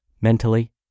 mentally